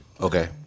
Okay